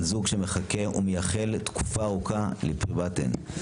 זוג שמחכה ומייחל תקופה ארוכה לפרי בטן,